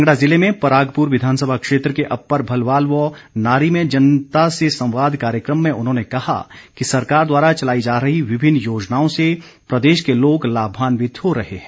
कांगड़ा जिले में परागपुर विधानसभा क्षेत्र के अप्पर भलवाल व नारी में जनता से संवाद कार्यक्रम में उन्होंने कहा कि सरकार द्वारा चलाई जा रही विभिन्न योजनाओं से प्रदेश के लोग लाभान्वित हो रहे हैं